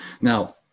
Now